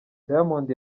diamond